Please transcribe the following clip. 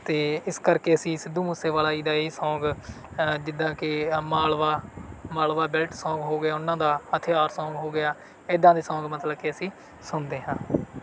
ਅਤੇ ਇਸ ਕਰਕੇ ਅਸੀਂ ਸਿੱਧੂ ਮੂਸੇਵਾਲਾ ਜੀ ਦਾ ਇਹ ਸੌਂਗ ਅ ਜਿੱਦਾਂ ਕਿ ਅ ਮਾਲਵਾ ਮਾਲਵਾ ਬੈਲਟ ਸੌਂਗ ਹੋ ਗਿਆ ਉਹਨਾਂ ਦਾ ਹਥਿਆਰ ਸੌਂਗ ਹੋ ਗਿਆ ਇੱਦਾਂ ਦੇ ਸੌਂਗ ਮਤਲਬ ਕਿ ਅਸੀਂ ਸੁਣਦੇ ਹਾਂ